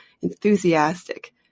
enthusiastic